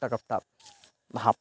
গাট্টা গোট্টা ভাব